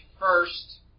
first